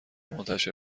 منتشر